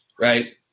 right